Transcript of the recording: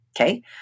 Okay